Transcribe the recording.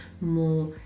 more